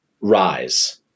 rise